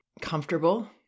comfortable